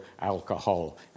alcohol